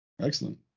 Excellent